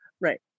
Right